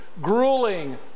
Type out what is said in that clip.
grueling